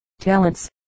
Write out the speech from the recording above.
talents